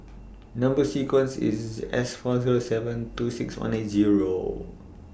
Number sequence IS S four Zero seven two six one eight Zero